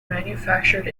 manufactured